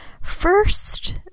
First